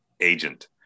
agent